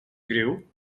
greu